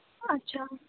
আচ্ছা